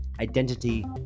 identity